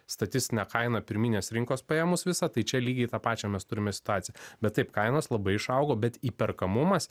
statistinė kaina pirminės rinkos paėmus visą tai čia lygiai tą pačią mes turime situaciją bet taip kainos labai išaugo bet įperkamumas